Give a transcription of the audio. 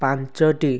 ପାଞ୍ଚଟି